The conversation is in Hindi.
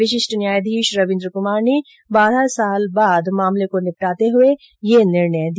विशिष्ट न्यायाधीश रवीन्द्र कुमार ने बारह साल बाद मामले को निपटाते हये ये निर्णय दिया